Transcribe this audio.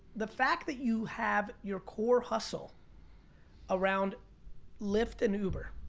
the fact that you have your core hustle around lyft and uber,